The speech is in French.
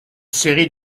série